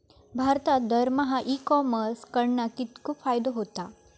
भारतात दरमहा e commerce कडणा कितको फायदो होता?